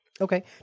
Okay